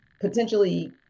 potentially